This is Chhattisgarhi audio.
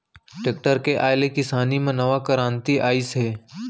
टेक्टर के आए ले किसानी म नवा करांति आइस हे